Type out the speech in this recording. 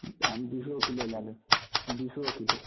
हम बिसो किलो लऽ लेब बिसो किलो